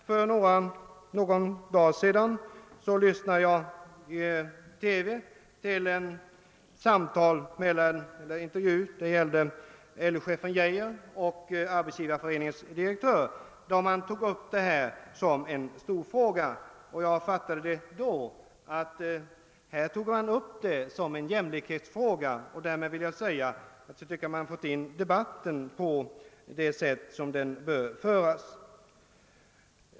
För någon dag sedan lyssnade jag till en intervju i TV med LO-chefen Geijer och Arbetsgivareföreningens direktör, där man tog upp detta som en stor jämlikhetsfråga. Därmed tycker jag att man har börjat föra debatten på det sätt som den bör föras.